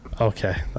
okay